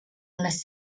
les